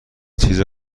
چیز